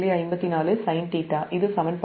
54 sin𝜽 இது சமன்பாடு